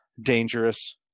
dangerous